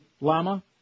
Lama